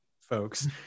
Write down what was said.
folks